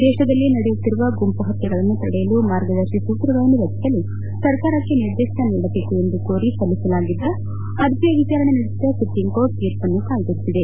ದೇಶದಲ್ಲಿ ನಡೆಯುತ್ತಿರುವ ಗುಂಪು ಹತ್ಲೆಗಳನ್ನು ತಡೆಯಲು ಮಾರ್ಗದರ್ಶಿ ಸೂತ್ರಗಳನ್ನು ರಚಿಸಲು ಸರ್ಕಾರಕ್ಕೆ ನಿರ್ದೇಶನ ನೀಡಬೇಕು ಎಂದು ಕೋರಿ ಸಲ್ಲಿಸಲಾಗಿದ್ದ ಅರ್ಜಿಯ ವಿಚಾರಣೆ ನಡೆಸಿದ ಸುಪ್ರೀಂಕೋರ್ಟ್ ತೀರ್ಪನ್ನು ಕಾಯ್ದಿರಿಸಿದೆ